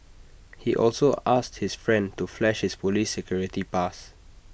he also asked his friend to flash his Police security pass